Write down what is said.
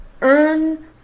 earn